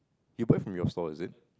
you buy from your store is it